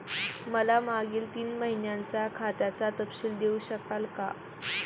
मला मागील तीन महिन्यांचा खात्याचा तपशील देऊ शकाल का?